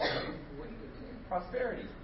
Prosperity